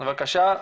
בבקשה.